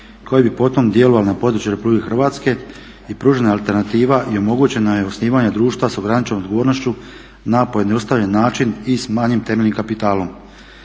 koji bi potom djelovalo na području RH. i pružena je alternativa i omogućeno je osnivanje društva sa ograničenom odgovornošću na pojednostavljen način i s manjim temeljnim kapitalom.